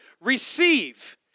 receive